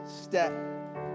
step